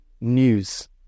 news